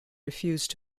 refused